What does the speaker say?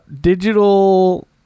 digital